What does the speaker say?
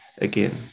again